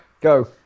Go